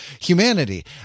humanity